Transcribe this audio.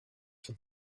for